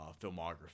filmography